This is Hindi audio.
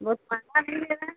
बहुत महँगा नहीं दे रहे हैं